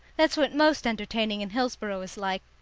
that's what most entertaining in hillsboro is like,